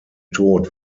tod